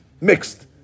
mixed